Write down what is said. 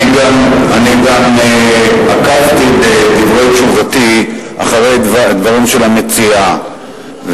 אני גם עקבתי בדברי תשובתי אחרי הדברים של המציעה,